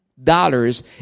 dollars